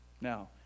Now